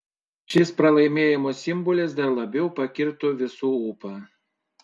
šis pralaimėjimo simbolis dar labiau pakirto visų ūpą